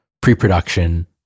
pre-production